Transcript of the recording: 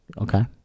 Okay